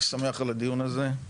אני שמח על הדיון הזה,